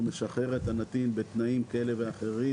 משחרר את הנתין בתנאים כאלה ואחרים,